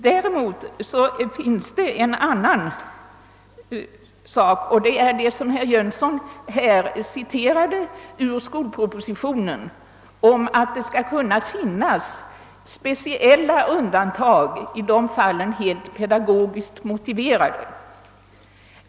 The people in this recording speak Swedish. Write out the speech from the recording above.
Däremot skall det — såsom herr Jönsson i Arlöv här läste upp ur skolpropositionen — kunna göras speciella undantag i de fall det är helt pedagogiskt motiverat.